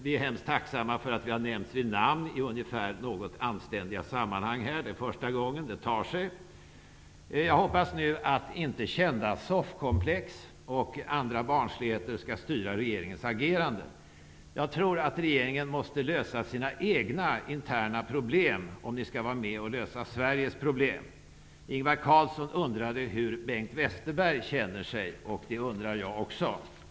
Vi är hemskt tacksamma för att vi har nämnts vid namn i något anständiga sammanhang här. Det är första gången så sker. Det tar sig. Jag hoppas nu att inte kända soffkomplex och andra barnsligheter skall styra regeringens agerande. Jag tror att regeringen måste lösa sina egna interna problem om den skall vara med och lösa Sveriges problem. Ingvar Carlsson undrade hur Bengt Westerberg känner sig. Det undrar jag också.